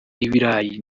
ibirayi